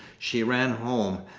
she ran home,